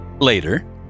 Later